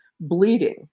bleeding